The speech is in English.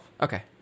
Okay